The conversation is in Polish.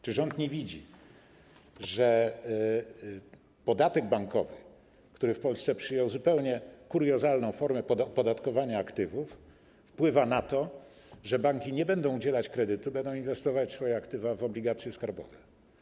Czy rząd nie widzi, że podatek bankowy, który w Polsce przyjął kuriozalną formę opodatkowania aktywów, wpływa na to, że banki nie będą udzielać kredytów, będą inwestować swoje aktywa w obligacje skarbowe?